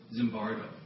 Zimbardo